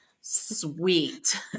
Sweet